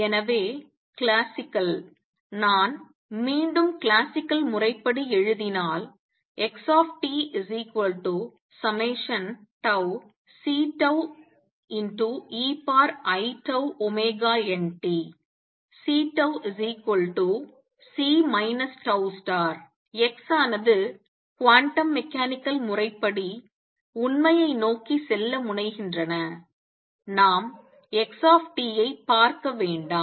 எனவே கிளாசிக்கல் நான் மீண்டும் கிளாசிக்கல் முறைப்படி எழுதினால் xtCeiτωt C C τ x ஆனது குவாண்டம் மெக்கானிக்கல் முறைப்படி உண்மை ஐ நோக்கி செல்ல முனைகின்றன நாம் x ஐ பார்க்க வேண்டாம்